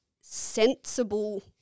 sensible